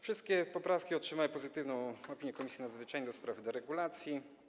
Wszystkie poprawki uzyskały pozytywną opinię Komisji Nadzwyczajnej do spraw deregulacji.